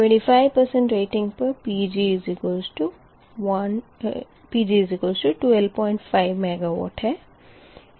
25 rating पर Pg125 MW है